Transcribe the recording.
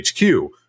HQ